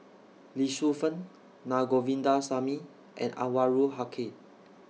Lee Shu Fen Na Govindasamy and Anwarul Haque